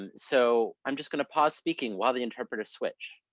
and so i'm just gonna pause speaking while the interpreters switch.